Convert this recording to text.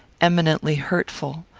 eminently hurtful.